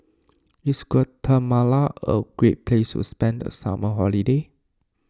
is Guatemala a great place to spend the summer holiday